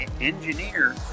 engineer